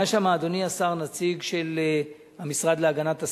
היה שם, אדוני השר, נציג של המשרד להגנת הסביבה,